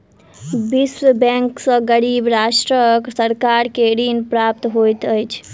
विश्व बैंक सॅ गरीब राष्ट्रक सरकार के ऋण प्राप्त होइत अछि